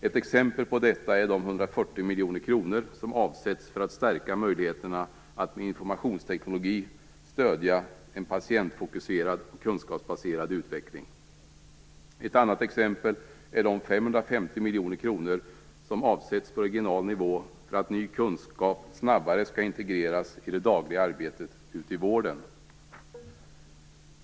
Ett exempel på detta är de 140 miljoner kronor som avsätts för att man skall stärka möjligheterna att med informationsteknologi stödja en patientfokuserad och kunskapsbaserad utveckling. Ett annat exempel är de 550 miljoner kronor som avsätts på regional nivå för att ny kunskap snabbare skall integreras i det dagliga arbetet i vården.